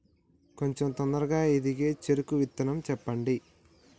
కొంచం తొందరగా ఎదిగే చెరుకు విత్తనం చెప్పండి?